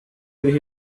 biha